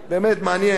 באמת מעניין.